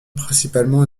principalement